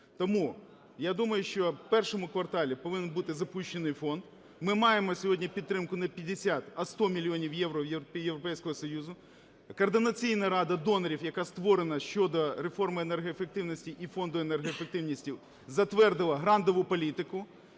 Тому я думаю, що у І кварталі повинен бути запущений Фонд, ми маємо сьогодні підтримку не 50, а 100 мільйонів євро Європейського Союзу. Координаційна рада донорів, яка створена щодо реформи енергоефективності і Фонду енергоефективності, затвердила грантову політику,